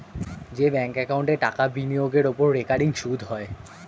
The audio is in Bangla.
যে ব্যাঙ্ক একাউন্টে টাকা বিনিয়োগের ওপর রেকারিং সুদ হয়